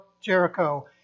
Jericho